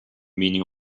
meaning